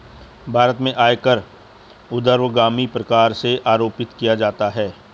भारत में आयकर ऊर्ध्वगामी प्रकार से आरोपित किया जाता है